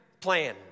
plan